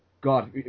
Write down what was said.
God